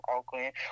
Oakland